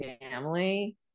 family